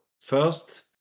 first